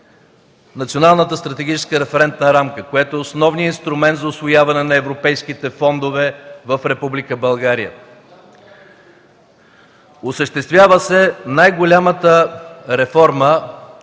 Националната стратегическа референтна рамка, което е основният инструмент за усвояване на европейските фондове в Република България; осъществява се най-голямата реформа